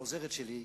העוזרת שלי,